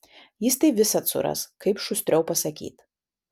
jis tai visad suras kaip šustriau pasakyt